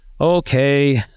Okay